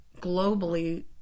globally